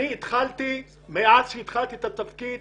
אני התחלתי מאז שהתחלתי את תפקידי.